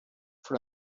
for